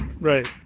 Right